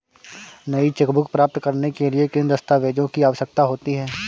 नई चेकबुक प्राप्त करने के लिए किन दस्तावेज़ों की आवश्यकता होती है?